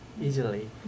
easily